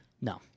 No